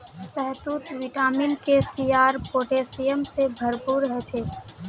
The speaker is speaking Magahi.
शहतूत विटामिन के, सी आर पोटेशियम से भरपूर ह छे